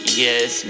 yes